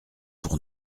pour